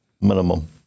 minimum